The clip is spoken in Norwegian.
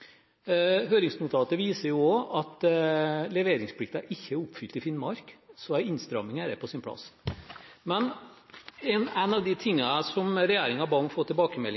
Høringsnotatet viser også at leveringsplikten ikke er oppfylt i Finnmark. En innstramming her er på sin plass. En av de tingene som regjeringen ba om å få tilbakemelding